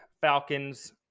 Falcons